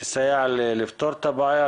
תסייע לפתור את הבעיה.